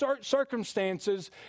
circumstances